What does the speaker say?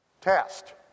test